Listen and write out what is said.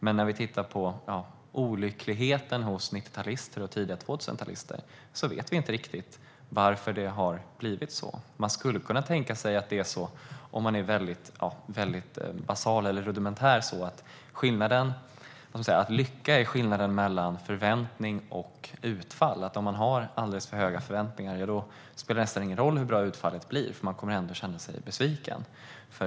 Men när vi tittar på 90-talister och tidiga 00-talister vet vi inte riktigt varför så många känner sig olyckliga och varför det har blivit så. Man skulle kunna tänka sig, om man är mycket basal eller rudimentär, att lycka är skillnaden mellan förväntning och utfall. Om man har alldeles för höga förväntningar spelar det nästan ingen roll hur bra utfallet blir, eftersom man ändå kommer att känna sig besviken.